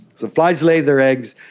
so flies lay their eggs.